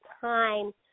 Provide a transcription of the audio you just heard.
time